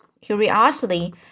curiously